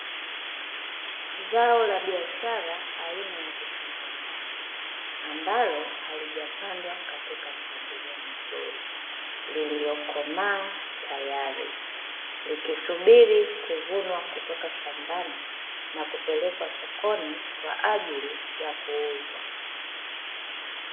Zao la biashara aina ya vitunguu maji, ambalo halijapandwa katika mpangilio mzuri, lililokomaaa tayari, likisubiri kuvunwa kutoka shambani, na kupelekwa sokoni kwa ajili ya kuuzwa.